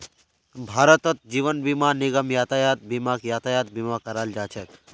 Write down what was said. भारतत जीवन बीमा निगम यातायात बीमाक यातायात बीमा करा छेक